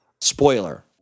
spoiler